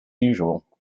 usual